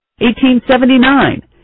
1879